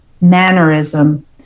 mannerism